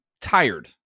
tired